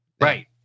right